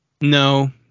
No